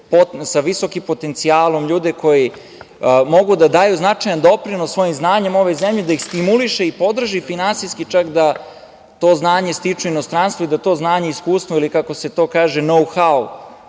sa visokim potencijalom, ljude koji mogu da daju značajan doprinos svojim znanjem ovoj zemlji da ih stimuliše i podrži finansijski, čak, da to znanje stiču u inostranstvo i da to znanje i iskustvo, ili kako se to kaže „know how“